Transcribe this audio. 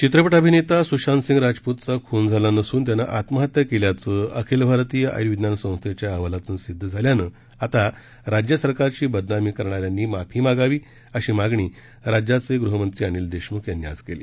चित्रपट अभिनेता सुशांत सिंग राजपूत चा खून झाला नसून त्यानं आत्महत्या केल्याचं अखिल भारतीय आयुर्विज्ञान संस्थेच्या अहवालातून सिद्ध झाल्यानं आता राज्य सरकारची बदनामी करणाऱ्यांनी माफी मागावी अशी मागणी राज्याचे गृहमंत्री अनिल देशमुख यांनी आज केली